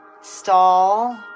stall